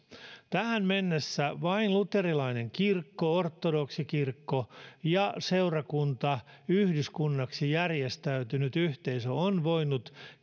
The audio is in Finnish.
tähän mennessä vain luterilainen kirkko ortodoksikirkko ja seurakuntayhdyskunnaksi järjestäytynyt yhteisö on voinut